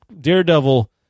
Daredevil